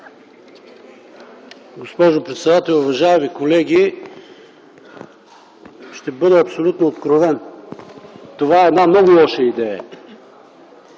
Госпожо председател, уважаеми колеги! Ще бъда абсолютно откровен: това е една много лоша идея.